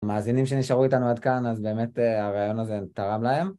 מאזינים שנשארו איתנו עד כאן, אז באמת הרעיון הזה טרם להם.